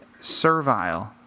servile